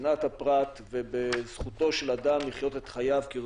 בצנעת הפרט ובזכותו של אדם לחיות את חייו כרצונו.